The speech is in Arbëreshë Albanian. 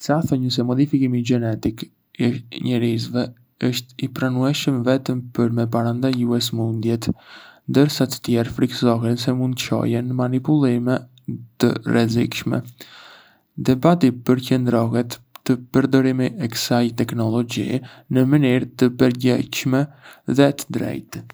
Ca thonjën se modifikimi gjenetik i njerëzve është i pranueshëm vetëm për me parandalue sëmundjet, ndërsa të tjerë frikësohen se mund të çojë në manipulime të rrezikshme. Debati përqendrohet te përdorimi i kësaj teknologjie në mënyrë të përgjegjshme dhe të drejtë.